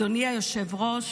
אדוני היושב-ראש,